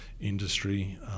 industry